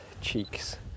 cheeks